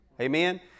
Amen